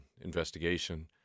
investigation